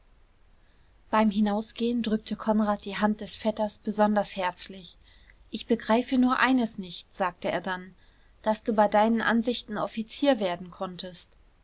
beim hinausgehen drückte konrad die hand des vetters besonders herzlich ich begreife nur eines nicht sagte er dann daß du bei deinen ansichten offizier werden konntest